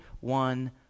One